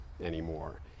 anymore